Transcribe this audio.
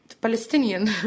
palestinian